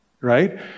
right